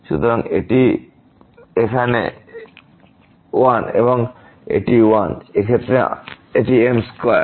সুতরাং এটি এখানে 1 এটি 1 এবং এই ক্ষেত্রে এটি m2 স্কয়ার